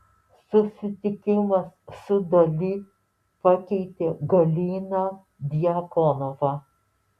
susitikimas su dali pakeitė galiną djakonovą